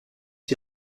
die